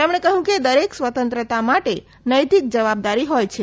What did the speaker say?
તેમણે કહ્યું કે દરેક સ્વતંત્રતા માટે નૈતિક જવાબદારી હોય છે